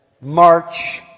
March